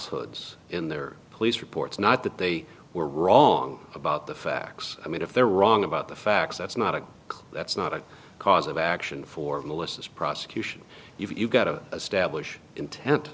hoods in their police reports not that they were wrong about the facts i mean if they're wrong about the facts that's not a that's not a cause of action for malicious prosecution if you've got a stablish intent